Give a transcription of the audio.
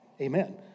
Amen